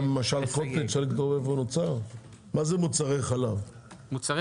למשל, גם קוטג'